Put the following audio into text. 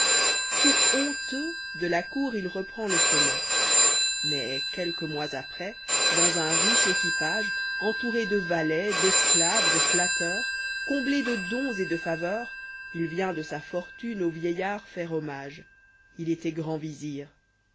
tout honteux de la cour il reprend le chemin mais quelques mois après dans un riche équipage entouré de valets d'esclaves de flatteurs comblé de dons et de faveurs il vient de sa fortune au vieillard faire hommage il était grand